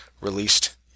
released